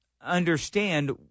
understand